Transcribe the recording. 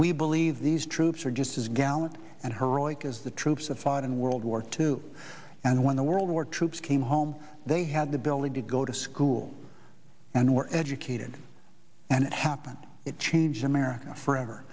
we believe these troops are just as gallant and her oik as the troops to fight in world war two and when the world war troops came home they had the ability to go to school and were educated and it happened it changed america forever